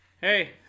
Hey